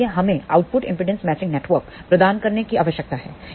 इसलिए हमें output impedance matching network प्रदान करने की आवश्यकता है